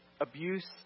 abuse